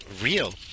real